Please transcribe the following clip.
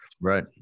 Right